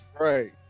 Right